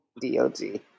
D-O-G